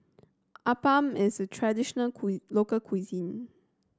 appam is a traditional local cuisine